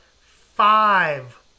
five